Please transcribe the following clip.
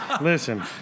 listen